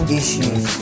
issues